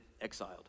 exiled